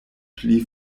pli